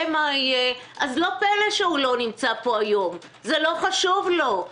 אז לא פלא שהוא לא נמצא פה היום, זה לא חשוב לו.